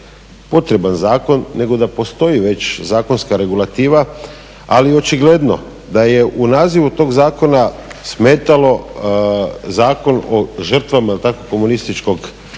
potreban zakon nego da postoji već zakonska regulativa. Ali očigledno da je u nazivu tog zakona smetalo Zakon o žrtvama, je li tako, komunističkog